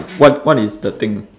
what what is the thing